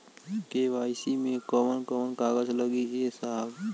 KYC मे कवन कवन कागज लगी ए साहब?